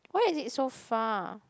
why is it so far